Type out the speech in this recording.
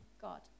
God